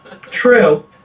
True